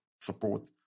support